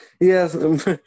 Yes